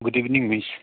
good evening miss